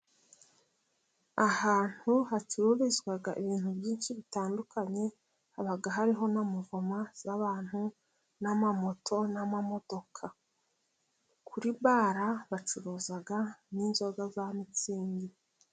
Ahantu hacururizwa ibintu byinshi bitandukanye haba hariho na muvoma z'abantu, amamoto n'amamodoka. Kuri bara bacuruza n'inzoga za mitsingi.